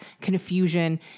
confusion